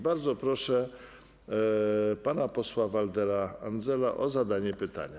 Bardzo proszę pana posła Waldemara Andzela o zadanie pytania.